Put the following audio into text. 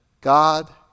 God